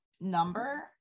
number